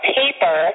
paper